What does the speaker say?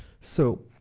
so